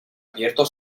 abierto